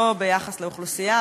לא ביחס לאוכלוסייה,